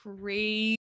crazy